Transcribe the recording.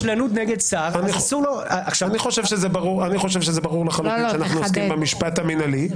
אני חושב שזה ברור לחלוטין שאנחנו עוסקים במשפט המינהלי.